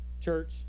Church